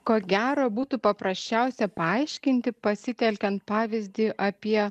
ko gero būtų paprasčiausia paaiškinti pasitelkiant pavyzdį apie